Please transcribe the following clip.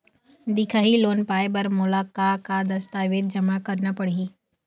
दिखाही लोन पाए बर मोला का का दस्तावेज जमा करना पड़ही?